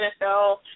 NFL